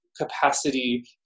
capacity